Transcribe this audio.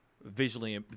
visually